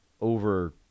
over